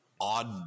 odd